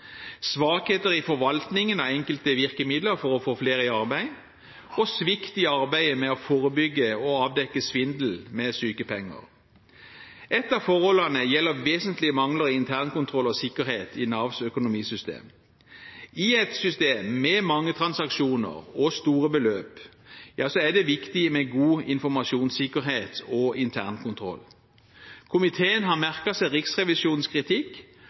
svakheter i forvaltningen av enkelte virkemidler for å få flere i arbeid og svikt i arbeidet med å forebygge og avdekke svindel med sykepenger. Et av forholdene gjelder vesentlige mangler i internkontroll og sikkerhet i Navs økonomisystem. I et system med mange transaksjoner og store beløp er det viktig med god informasjonssikkerhet og internkontroll. Komiteen har merket seg Riksrevisjonens kritikk